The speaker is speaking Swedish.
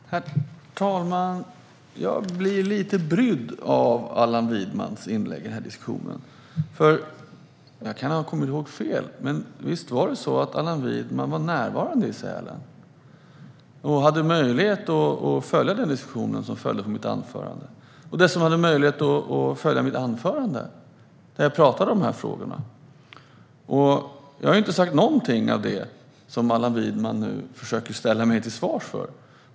Herr talman! Jag blir lite brydd av Allan Widmans inlägg i den här diskussionen. Jag kan ha kommit ihåg fel, men visst var det så att Allan Widman var närvarande i Sälen och hade möjlighet att följa den diskussion som följde på mitt anförande? De som hade möjlighet att följa mitt anförande kunde höra att jag talade om de här frågorna. Jag har inte sagt någonting av det som Allan Widman nu försöker ställa mig till svars för.